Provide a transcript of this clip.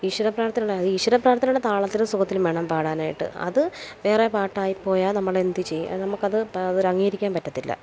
ഈശ്വര പ്രാർത്ഥനേടെ ഈശ്വര പ്രാർത്ഥനേടെ താളത്തിലും സുഖത്തിലും വേണം പാടാനായിട്ട് അത് വേറെ പാട്ടായിപ്പോയാൽ നമ്മളെന്ത് ചെയ്യും അത് നമുക്കത് അത് അംഗീകരിക്കാൻ പറ്റത്തില്ല